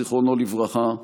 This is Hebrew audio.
זיכרונו לברכה,